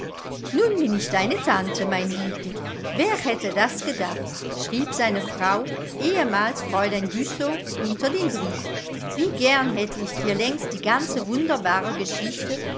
nun bin ich deine tante mein liebling wer hätte das gedacht schrieb seine frau ehemals fräulein güssow unter den brief wie gern hätte ich dir längst die ganze wunderbare geschichte